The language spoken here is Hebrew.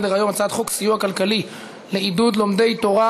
חוק לתיקון פקודת התעבורה (מס' 117) (קווי שירות למוניות),